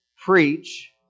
preach